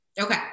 Okay